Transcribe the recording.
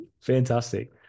Fantastic